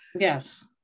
Yes